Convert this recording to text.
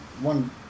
One